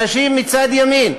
האנשים מצד ימין,